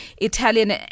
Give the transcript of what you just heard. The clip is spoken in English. Italian